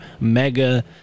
mega